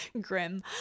grim